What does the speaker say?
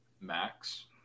max